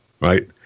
right